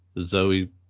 Zoe